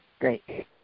Great